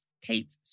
Kate